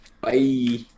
Bye